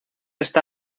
está